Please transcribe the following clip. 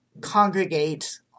congregate